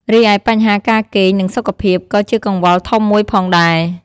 រីឯ បញ្ហាការគេង និងសុខភាព ក៏ជាកង្វល់ធំមួយផងដែរ។